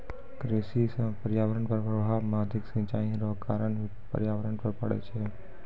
कृषि से पर्यावरण पर प्रभाव मे अधिक सिचाई रो कारण भी पर्यावरण पर प्रभाव पड़ै छै